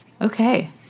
Okay